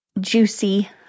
juicy